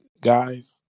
guys